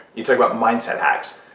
you talk about mindset hacks.